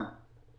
מקצועית.